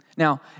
Now